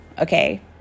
okay